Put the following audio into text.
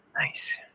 nice